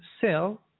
sell